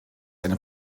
eine